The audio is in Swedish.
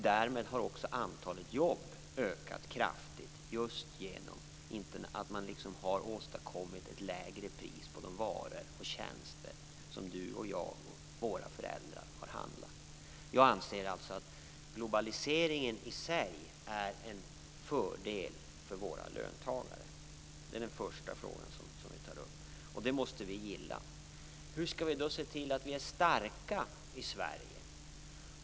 Därmed har också antalet jobb ökat kraftigt, just genom att man har åstadkommit ett lägre pris på de varor och tjänster som vi och våra föräldrar har handlat. Jag anser att globaliseringen i sig är en fördel för våra löntagare. Det är den första frågan som vi tar upp. Det måste vi gilla. Hur skall vi då se till att vi är starka i Sverige?